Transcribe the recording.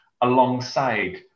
alongside